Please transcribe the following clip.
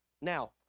Now